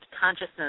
consciousness